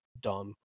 dumb